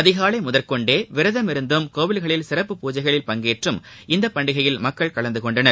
அதிகாலை முதற்கொண்டே விரதம் இருந்தும் கோவில்களில் சிறப்பு பூஜைகளில் பங்கேற்றும் இந்த பண்டிகையில் மக்கள் கலந்து கொண்டார்கள்